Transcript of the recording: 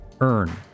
earn